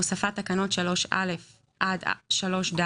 הוספת תקנות 3א עד 3ד